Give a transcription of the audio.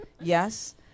yes